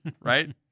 Right